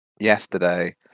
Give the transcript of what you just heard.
yesterday